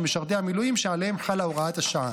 משרתי המילואים שעליהם חלה הוראת השעה.